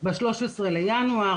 ב-13 לינואר,